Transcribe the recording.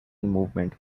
movement